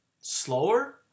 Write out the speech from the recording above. slower